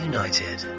United